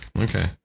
Okay